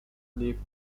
lived